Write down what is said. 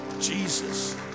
jesus